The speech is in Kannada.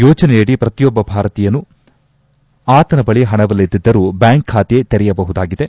ಯೋಜನೆಯಡಿ ಪ್ರತಿಯೊಬ್ಬ ಭಾರತೀಯನೂ ಆತನ ಬಳಿ ಹಣವಿಲ್ಲದಿದ್ದರೂ ಬ್ಯಾಂಕ್ ಖಾತೆ ತೆರೆಯಬಹುದಾಗಿದೆ